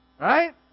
Right